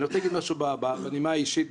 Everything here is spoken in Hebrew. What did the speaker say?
אני רוצה להגיד משהו בנימה האישית,